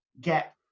get